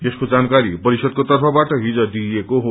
यसको जानकारी परिषदको तर्फबाट डिज दिइएको को